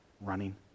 running